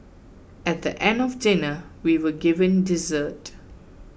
at the end of dinner we were given dessert